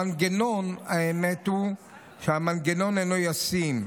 המנגנון, האמת היא שהמנגנון אינו ישים.